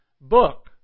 book